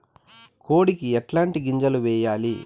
కోడికి ఎట్లాంటి గింజలు వేయాలి?